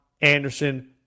Anderson